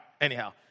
Anyhow